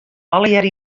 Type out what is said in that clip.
allegearre